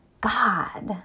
God